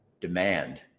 Demand